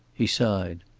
he sighed.